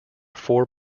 four